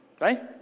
Right